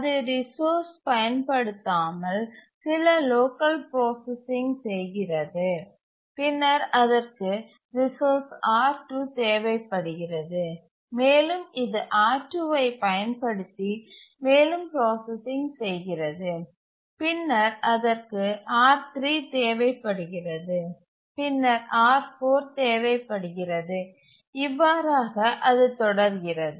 இது ரிசோர்ஸ் பயன்படுத்தாமல் சில லோக்கல் ப்ராசசிங் செய்கிறது பின்னர் அதற்கு ரிசோர்ஸ் R2 தேவைப்படுகிறது மேலும் இது R2ஐ பயன்படுத்தி மேலும் ப்ராசசிங் செய்கிறது பின்னர் அதற்கு R3 தேவைப்படுகிறது பின்னர் R4 தேவைப்படுகிறது இவ்வாறாக அது தொடர்கிறது